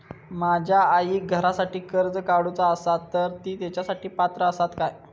माझ्या आईक घरासाठी कर्ज काढूचा असा तर ती तेच्यासाठी पात्र असात काय?